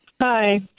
Hi